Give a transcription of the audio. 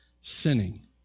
sinning